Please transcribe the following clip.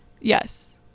yes